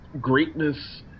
greatness